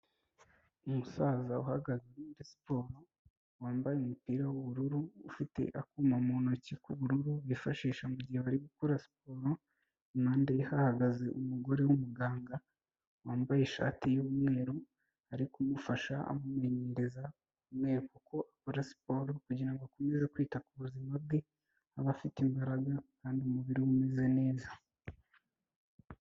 Umusaza uhagaze uri muri siporo, wambaye umupira w'ubururu, ufite akuma mu ntoki k'ubururu bifashisha mu gihe bari gukora siporo, impandeye hahagaze umugore w'umuganga wambaye ishati y'umweru, ari kumufasha amumenyereza, amwereka uko yakora siporo kugira ngo akomeze kwita ku buzima bwe, abe afite imbaraga kandi umubiri we umeze neza.